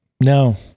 No